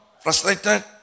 frustrated